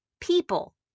people